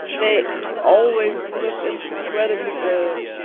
they always look incredibly good.